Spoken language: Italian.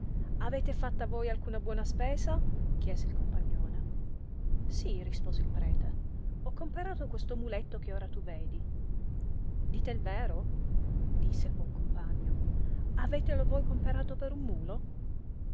avete fatta voi alcuna buona spesa disse il compagnone sì rispose il prete ho comperato questo muletto che ora tu vedi dite il vero disse il buon compagno avetelo voi comperato per un mulo